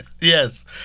yes